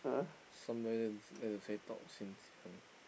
somebody like to say talk since young